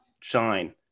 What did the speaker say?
shine